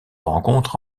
rencontre